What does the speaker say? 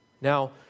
Now